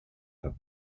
have